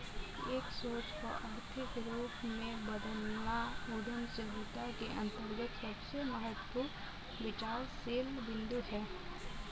एक सोच को आर्थिक रूप में बदलना उद्यमशीलता के अंतर्गत सबसे महत्वपूर्ण विचारशील बिन्दु हैं